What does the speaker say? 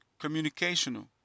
communicational